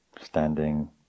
standing